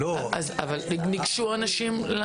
ניגשו לזה אנשים?